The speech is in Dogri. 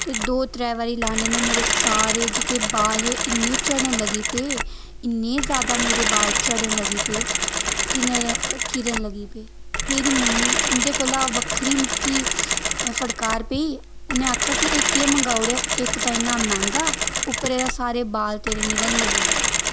बी दो त्रै बारी लाने नै मेरे सारे बाल जेह्के बाल हे इन्ने झड़न लगी पे इन्ने जादा बाल झड़न लगी पे किरन लगी पे मेरी मम्मी उं'दे कोला बक्खरी मिगी फटकार पेई उ'नें आखेआ की एह् केह् मगाऊड़ेआ इक ते इन्ना मैंह्गा उप्पर सारे बाल तेरे निकलन लगी पे